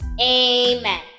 Amen